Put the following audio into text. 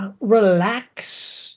relax